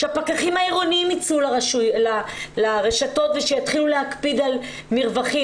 שהפקחים העירוניים ייצאו לרשתות ויתחילו להקפיד על מרווחים.